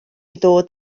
ddod